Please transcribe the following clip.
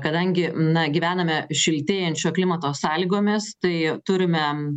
kadangi na gyvename šiltėjančio klimato sąlygomis tai turime